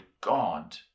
God